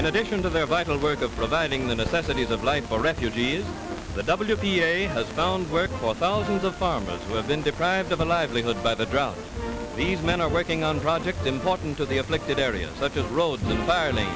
in addition to their vital work of providing the necessities of life for refugees the w p a has found work for thousands of farmers with been deprived of a livelihood by the drought these men are working on projects important to the afflicted areas such as roads environment